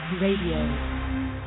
Radio